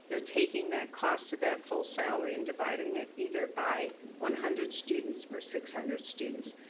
you're taking that cost of that full salary and dividing it either by one hundred students or six hundred students,